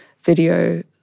video